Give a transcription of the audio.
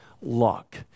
luck